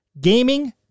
gaming